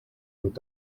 und